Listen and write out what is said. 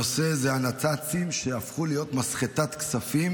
הנושא הוא הנת"צים שהפכו להיות מסחטת כספים